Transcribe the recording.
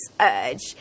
urge